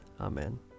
Amen